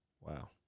Wow